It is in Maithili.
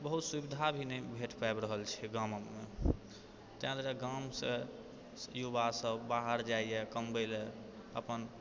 बहुत सुविधा भी नहि भेटि पाबि रहल छै गाँवोमे तैं लअ कऽ गाँवसँ युवा सब बाहर जाइए कमबैले अपन